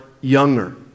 younger